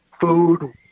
food